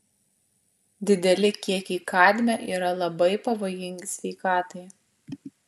dideli kiekiai kadmio yra labai pavojingai sveikatai